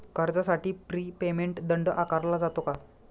कर्जासाठी prepayment दंड आकारला जातो का?